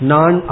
Non